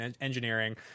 engineering